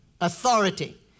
Authority